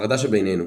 החרדה שבינינו